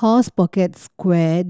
horse pocket square